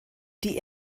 die